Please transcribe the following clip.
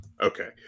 Okay